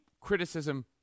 criticism